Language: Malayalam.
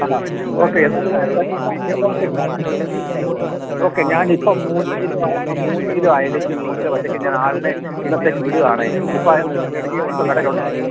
ആ ഓക്കെ എന്നാല് ഓക്കെ ഞാ ഓക്കെ ഞാനിപ്പോള് മൂന്ന് കിലോ മൂന്ന് കിലോ അയലയ്ക്കും മൂന്ന് കിലോ വറ്റയ്ക്കും ഞാൻ ആളിനെ ഇന്നത്തേക്ക് വിടുകയാണേ ഇപ്പോള് ആ ഐറ്റം റെഡിലി ഉണ്ടോ കടയിലുണ്ടോ